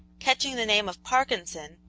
catching the name of parkinson,